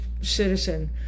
citizen